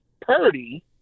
Purdy